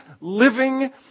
living